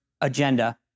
agenda